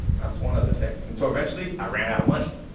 that's one of the things, and so eventually, i ran out of money.